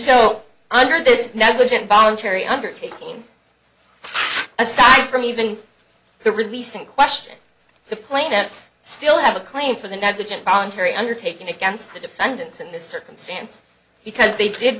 so under this negligent voluntary undertaking aside from even the release in question the plaintiffs still have a claim for the negligent voluntary undertaking against the defendants in this circumstance because they did